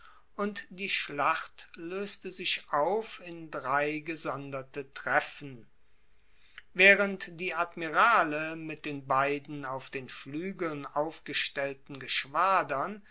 und die schlacht loeste sich auf in drei gesonderte treffen waehrend die admirale mit den beiden auf den fluegeln aufgestellten geschwadern